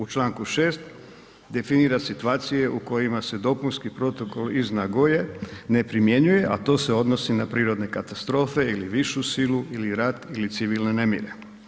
U Članku 6. definira situacije u kojima se Dopunski protokol iz Nagoje ne primjenjuje, a to se odnosi na prirodne katastrofe ili višu silu ili rat ili civilne nemire.